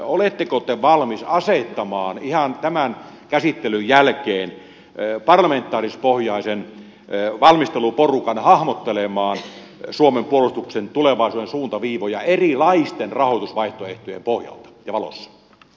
oletteko te valmis asettamaan ihan tämän käsittelyn jälkeen parlamentaarispohjaisen valmisteluporukan hahmottelemaan suomen puolustuksen tulevaisuuden suuntaviivoja erilaisten rahoitusvaihtoehtojen pohjalta ja valossa